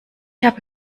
habe